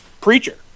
preacher